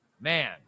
Man